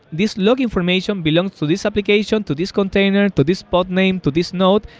this log information belongs to this application, to this container, to this pod name, to this node,